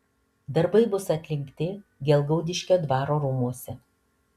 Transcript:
darbai bus atlikti gelgaudiškio dvaro rūmuose